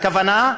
הכוונה,